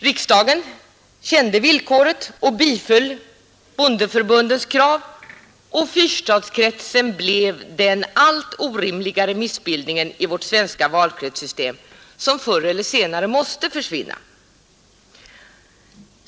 Riksdagen kände villkoret och biföll bondeförbundets krav — och fyrstadsvalkretsen blev den allt orimligare missbildning i vårt svenska valkretssystem som förr eller senare måste försvinna.